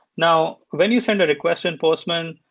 now, when you send a request in postman,